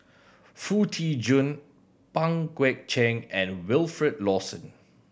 Foo Tee Jun Pang Guek Cheng and Wilfed Lawson